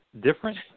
different